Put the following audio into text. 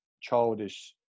childish